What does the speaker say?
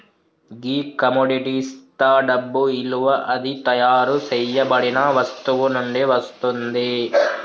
గీ కమొడిటిస్తా డబ్బు ఇలువ అది తయారు సేయబడిన వస్తువు నుండి వస్తుంది